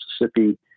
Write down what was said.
Mississippi